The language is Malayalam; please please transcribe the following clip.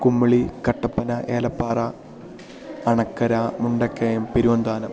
കുമളി കട്ടപ്പന ഏലപ്പാറ അണക്കര മുണ്ടക്കയം പെരുവന്താനം